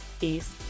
Peace